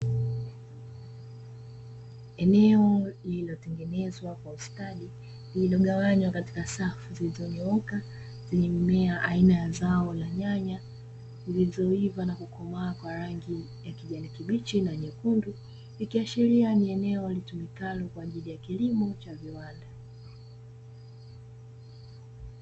Eneo lililotengenezwa kwa ustadi lilogawanywa kwa safu zilizonyooka zenye mimea aina ya zao la nyanya, zilizoiva na kukoma za rangi ya kijani kibichi na nyekundu; ikiashiria ni eneo litumikalo kwa ajili ya kilimo cha viwanda.